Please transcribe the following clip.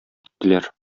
киттеләр